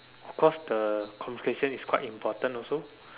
of course the communication is quite important also